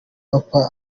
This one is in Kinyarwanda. papa